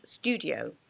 Studio